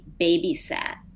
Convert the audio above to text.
babysat